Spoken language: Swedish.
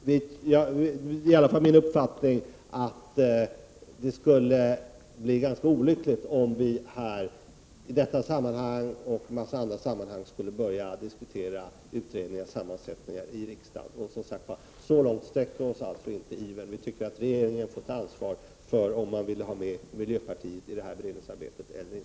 Det är i varje fall min uppfattning att det skulle bli ganska olyckligt om vi här i riksdagen i detta sammanhang och i andra sammanhang skulle börja diskutera utredningarnas sammansättning. Så långt sträcker vi oss alltså inte. Vi anser att regeringen får ta ansvar för om den vill ha med miljöpartiet i detta beredningsarbete eller inte.